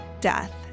death